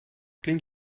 klingt